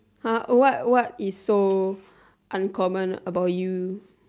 !huh! what what is so uncommon about you